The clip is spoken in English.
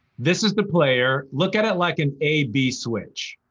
this is the player, look at it like an a b switch.